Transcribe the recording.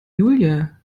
julia